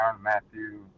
Matthew